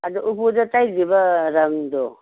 ꯑꯗꯣ ꯎꯄꯨꯗ ꯇꯩꯔꯤꯕ ꯔꯪꯗꯣ